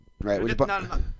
right